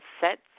sets